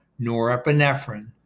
norepinephrine